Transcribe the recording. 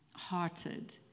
Hearted